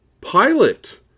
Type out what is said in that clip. pilot